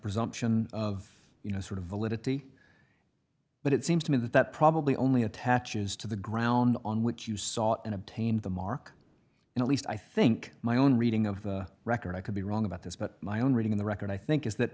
presumption of you know sort of validity but it seems to me that that probably only attaches to the ground on which you saw it and obtained the mark and at least i think my own reading of the record i could be wrong about this but my own reading in the record i think is that